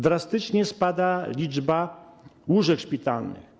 Drastycznie spada liczba łóżek szpitalnych.